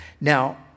Now